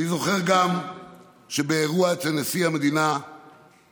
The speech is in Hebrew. אני זוכר גם שבאירוע אצל נשיא המדינה אמרת: